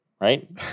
right